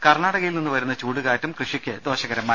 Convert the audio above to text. കർണ്ണാടകയിൽ നിന്ന് വരുന്ന ചൂട് കാറ്റും കൃഷിക്ക് ദോഷകരമായി